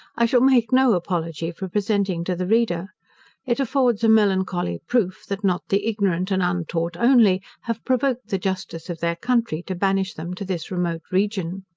i shall make no apology for presenting to the reader it affords a melancholy proof, that not the ignorant and untaught only have provoked the justice of their country to banish them to this remote region.